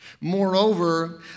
Moreover